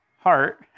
heart